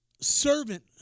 servant